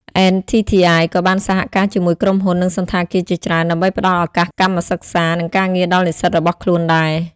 NTTI ក៏បានសហការជាមួយក្រុមហ៊ុន និងសណ្ឋាគារជាច្រើនដើម្បីផ្តល់ឱកាសកម្មសិក្សា និងការងារដល់និស្សិតរបស់ខ្លួនដែរ។